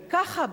וככה,